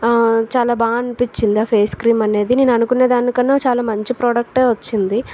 చాలా బాగా అనిపించింది ఫేస్ క్రీమ్ అనేది నేను అనుకున్న దానికన్నా చాలా మంచి ప్రాడక్టే వచ్చింది